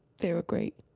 they were great